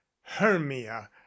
hermia